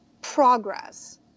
progress